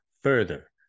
further